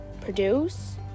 produce